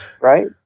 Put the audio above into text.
right